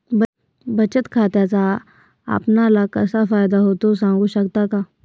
बचत खात्याचा आपणाला कसा फायदा होतो? सांगू शकता का?